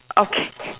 okay